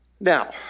Now